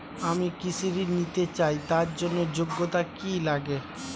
আমি কৃষি ঋণ নিতে চাই তার জন্য যোগ্যতা কি লাগে?